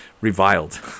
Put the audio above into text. reviled